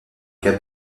câble